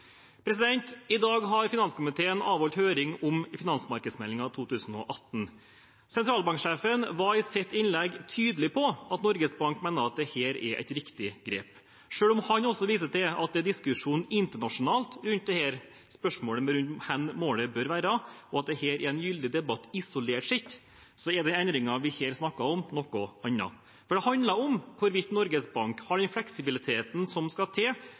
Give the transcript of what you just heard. I dag har finanskomiteen avholdt høring om finansmarkedsmeldingen 2018. Sentralbanksjefen var i sitt innlegg tydelig på at Norges Bank mener at dette er et riktig grep. Selv om han også viser til at det er diskusjon internasjonalt rundt dette spørsmålet om hva målet bør være, og at dette er en gyldig debatt isolert sett, er den endringen vi her snakker om, noe annet. Det handler om hvorvidt Norges Bank har den fleksibiliteten som skal til